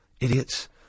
Idiots